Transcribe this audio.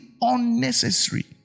unnecessary